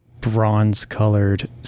bronze-colored